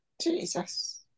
Jesus